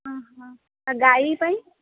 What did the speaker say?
ହଁ ହଁ ଆଉ ଗାଈ ପାଇଁ